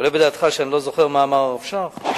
עולה בדעתך שאני לא זוכר מה אמר הרב שך?